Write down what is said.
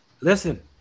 listen